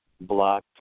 blocked